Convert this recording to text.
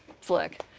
flick